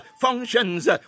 functions